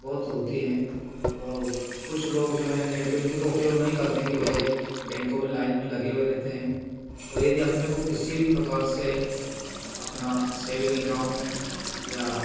बहुत होती है और कुछ लोग जो है नेट बैंकिग का उपयोग नहीं करने के बजाय बैंकों में लाइन में लगे हुए रहते हैं यदि अपने को किसी भी प्रकार से अपना सेविंग एकाउंट या